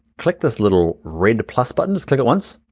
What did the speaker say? click this little red plus button, just click it once.